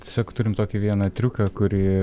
tiesiog turim tokį vieną triuką kurį